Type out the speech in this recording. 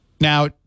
Now